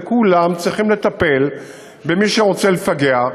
וכולם צריכים לטפל במי שרוצה לפגע,